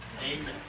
Amen